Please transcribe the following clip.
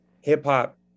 hip-hop